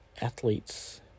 athletes